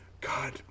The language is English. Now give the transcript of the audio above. God